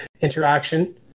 interaction